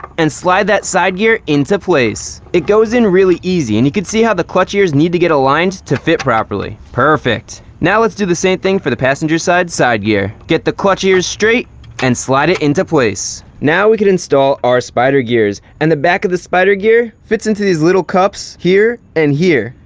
and slide that side gear into place. it goes in really easy, and you can see how the clutch ears need to get aligned to fit properly. perfect. now let's do the same for the passenger side side gear. get the clutch ears straight and slide it into place. now we can install our spider gears. and the back of the spider gear fits into these little cups here and here.